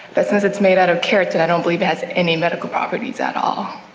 but since it's made out of keratin i don't believe it has any medical properties at all.